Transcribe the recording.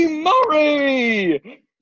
Murray